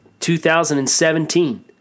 2017